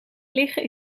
liggen